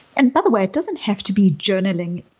and by the way, it doesn't have to be journaling.